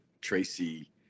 Tracy